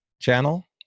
channel